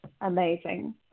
amazing